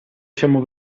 siamo